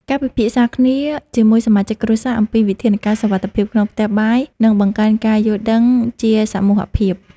ការពិភាក្សាគ្នាជាមួយសមាជិកគ្រួសារអំពីវិធានការសុវត្ថិភាពក្នុងផ្ទះបាយនឹងបង្កើនការយល់ដឹងជាសមូហភាព។